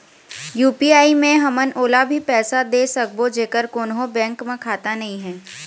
UPI मे हमन ओला भी पैसा दे सकबो जेकर कोन्हो बैंक म खाता नई हे?